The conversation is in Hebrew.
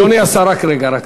אדוני השר, רק רגע.